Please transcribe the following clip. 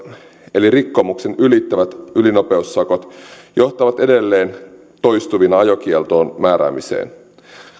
eli rikkomuksen ylittävät ylinopeussakot johtavat edelleen toistuvina ajokieltoon määräämiseen